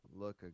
look